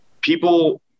people